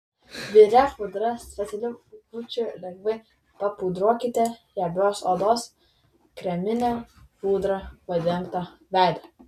biria pudra specialiu pūkučiu lengvai papudruokite riebios odos kremine pudra padengtą veidą